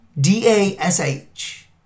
D-A-S-H